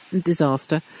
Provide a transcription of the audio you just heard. disaster